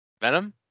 Venom